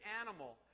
animal